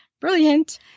Brilliant